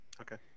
Okay